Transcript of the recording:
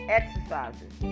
exercises